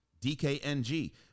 DKNG